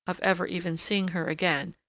of ever even seeing her again,